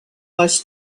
was